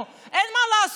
תבינו, אין מה לעשות.